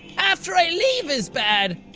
after i leave is bad.